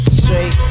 straight